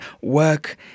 Work